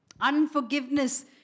Unforgiveness